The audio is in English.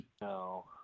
No